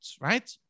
right